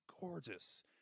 gorgeous